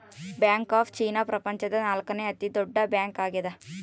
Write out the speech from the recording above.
bank of China ಪ್ರಪಂಚದ ನಾಲ್ಕನೆ ದೊಡ್ಡ ಬ್ಯಾಂಕ್ ಆಗ್ಯದ